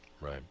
Right